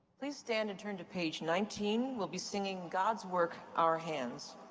please stand and turn to page nineteen. we'll be singing god's work our hands.